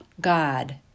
God